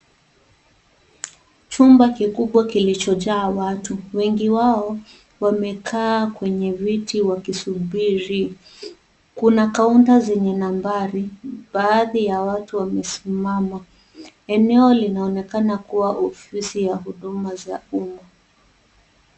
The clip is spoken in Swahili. Chumba kikubwa kilichojaa watu. Wengi wao wamekaa kwenye viti wakisubiri. Kuna kaunta zenye nambari. Baadhi ya watu wamesimama. Eneo linaonekana kuwa ofisi ya huduma za umma.